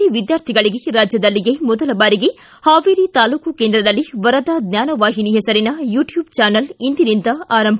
C ವಿದ್ವಾರ್ಥಿಗಳಿಗೆ ರಾಜ್ಯದಲ್ಲಿಯೇ ಮೊದಲ ಬಾರಿಗೆ ಹಾವೇರಿ ತಾಲ್ಲೂಕು ಕೇಂದ್ರದಲ್ಲಿ ವರದಾ ಜ್ಞಾನವಾಹಿನಿ ಹೆಸರಿನ ಯೂಟ್ಟೂಬ್ ಚಾನಲ್ ಇಂದಿನಿಂದ ಆರಂಭ